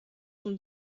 son